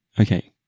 Okay